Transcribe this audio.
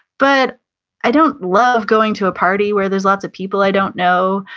but i don't love going to a party where there's lots of people i don't know.